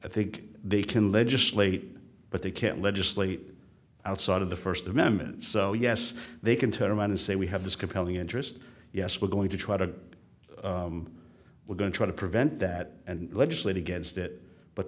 i think they can legislate but they can't legislate outside of the first amendment so yes they can turn around and say we have this compelling interest yes we're going to try to we're going to try to prevent that and legislate against it but